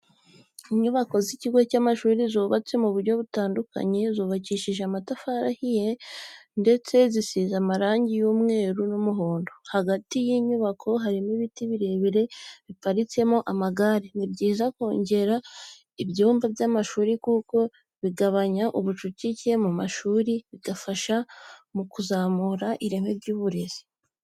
Inyubako z'ikigo cy'amashuri zubatse mu buryo butandukanye, zubakishije amatafari ahiye ndetse zisize n'amarangi y'umweru n'umuhondo, hagati y'inyubako harimo ibiti birebire biparitsemo amagare. Ni byiza kongera ibyumba by'amashuri kuko bigabanya ubucucike mu mashuri bigafasha mu kuzamura ireme ry'uburezi.